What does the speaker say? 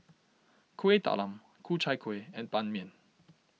Kuih Talam Ku Chai Kueh and Ban Mian